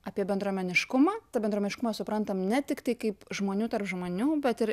apie bendruomeniškumą tą bendruomeniškumą suprantam ne tiktai kaip žmonių tarp žmonių bet ir